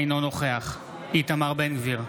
אינו נוכח איתמר בן גביר,